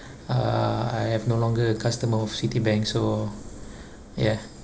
uh I am no longer a customer of Citibank so ya